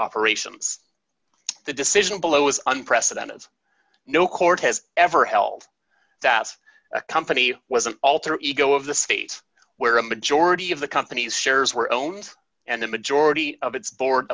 operations the decision below is unprecedented no court has ever held that a company was an alter ego of the state where a majority of the company's shares were owned and a majority of its board